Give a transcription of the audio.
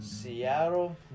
Seattle